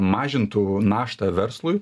mažintų naštą verslui